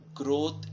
Growth